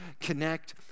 connect